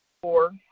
four